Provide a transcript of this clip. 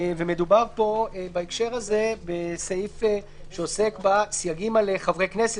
מדובר פה בהקשר הזה בסעיף שעוסק בסייגים על חברי כנסת,